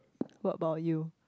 what about you